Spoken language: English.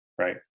right